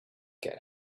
get